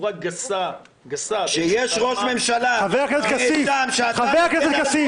בצורה גסה --- כשיש ראש ממשלה --- זה הביזוי.